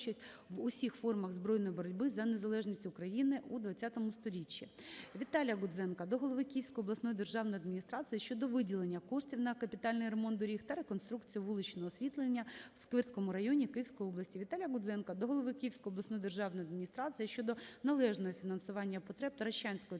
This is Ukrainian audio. Віталія Гудзенка до голови Київської обласної державної адміністрації щодо належного фінансування потреб Таращанської центральної